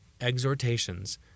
exhortations